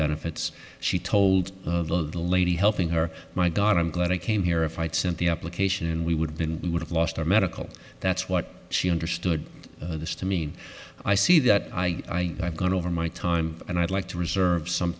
benefits she told the lady helping her my daughter i'm glad i came here if i sent the application in we would have been we would have lost our medical that's what she understood this to mean i see that i have gone over my time and i'd like to reserve some